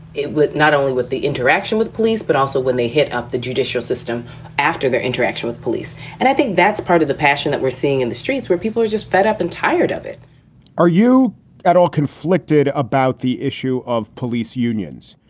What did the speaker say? it would not only with the interaction with the police, but also when they hit up the judicial system after their interaction with police. and i think that's part of the passion that we're seeing in the streets where people are just fed up and tired of it are you at all conflicted about the issue of police unions?